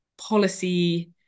policy